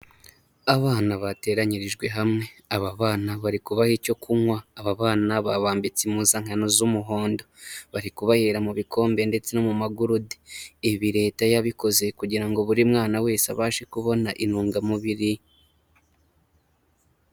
Abana bateranyirijwe hamwe, aba bana bari kubaha icyo kunywa, aba bana babambitse impuzankano z'umuhondo bari kubahera mu bikombe ndetse no mu magurude, ibi leta yabikoze kugira ngo buri mwana wese abashe kubona intungamubiri.